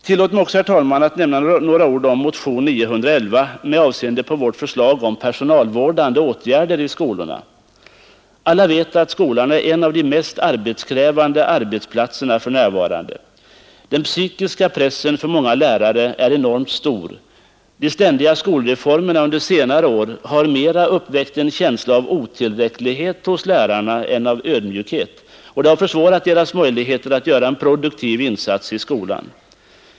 Tillåt mig också, herr talman, att nämna några ord om motionen 911 med avseende på vårt förslag om personalvårdande åtgärder i skolorna. Alla vet att skolan är en av de mest arbetskrävande arbetsplatserna för närvarande. Den psykiska pressen för många lärare är enormt stor, de ständiga skolreformerna under senare år har mera uppväckt en känsla av otillräcklighet hos lärarna än av ödmjukhet, och det har försvårat deras möjligheter att göra en produktiv insats i skolan.